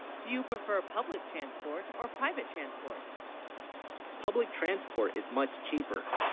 do you, prefer public transport or private transport public transport is much cheaper